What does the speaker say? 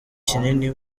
kinini